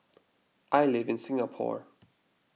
I live in Singapore